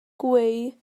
gweu